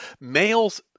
males